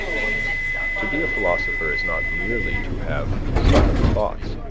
to be a philosopher is not merely to have subtle thoughts,